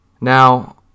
Now